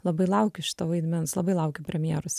labai laukiu šito vaidmens labai laukiu premjeros